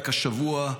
רק השבוע,